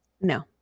No